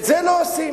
את זה לא עושים.